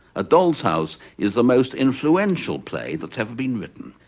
a doll's house is a most influential play that's ever been written.